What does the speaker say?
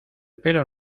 pelo